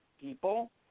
people